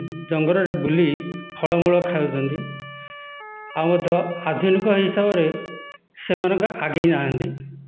ଜଙ୍ଗଲରେ ବୁଲି ଫଳମୂଳ ଖାଉଛନ୍ତି ଆଉ ମଧ୍ୟ ଆଧୁନିକ ହିସାବରେ ସେମାନଙ୍କ ଆଗେଇ ନାହାନ୍ତି